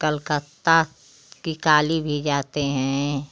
कलकत्ता कि काली भी जाते हैं